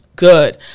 Good